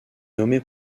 nommé